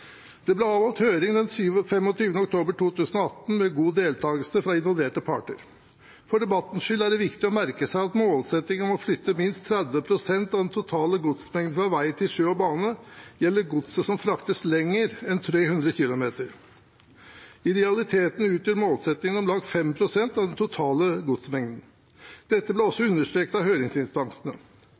Det ble avholdt høring den 25. oktober 2018 med god deltagelse fra involverte parter. For debattens skyld er det viktig å merke seg at målsettingen om å flytte minst 30 pst. av den totale godsmengden fra vei til sjø og bane gjelder godset som fraktes lenger enn 300 km. I realiteten utgjør målsettingen om lag 5 pst. av den totale godsmengden. Dette ble også understreket av høringsinstansene.